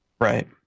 Right